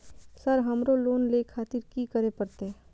Sir हमरो loan ले खातिर की करें परतें?